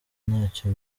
ntacyo